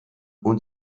und